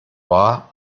war